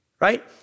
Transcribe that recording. Right